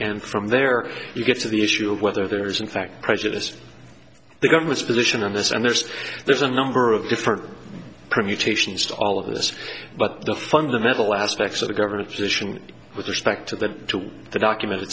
and from there you get to the issue of whether there is in fact prejudice the government's position on this and there's there's a number of different permutations to all of this but the fundamental aspect of the government's position with respect to that to the document